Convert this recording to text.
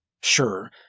Sure